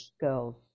girls